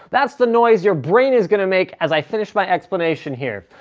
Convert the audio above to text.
that's the noise your brain is gonna make as i finish my explanation here.